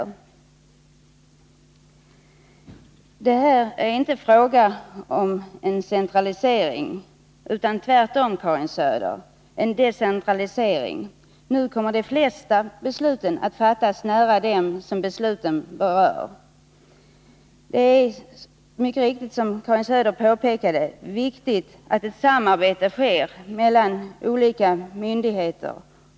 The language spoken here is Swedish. Det här är inte en fråga om centralisering utan tvärtom, Karin Söder, en decentralisering. Nu kommer de flesta beslut att fattas nära dem som berörs av besluten. Det är, som Karin Söder helt riktigt påpekade, viktigt att det sker ett samarbete mellan olika myndigheter.